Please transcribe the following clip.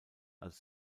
als